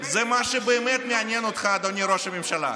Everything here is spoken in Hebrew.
זה מה שבאמת מעניין אותך, אדוני ראש הממשלה.